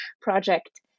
project